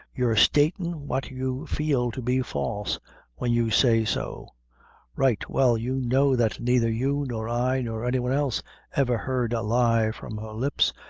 you're statin' what you feel to be false when you say so right well you know that neither you nor i, nor any one else, ever heard a lie from her lips,